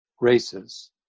races